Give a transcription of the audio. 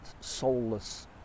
soulless